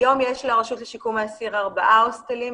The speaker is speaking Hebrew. היום יש לרשות לשיקום האסיר ארבעה הוסטלים,